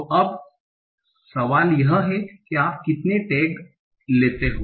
तो अब सवाल यह है कि आप कितने टैग आप लेते हो